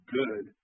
good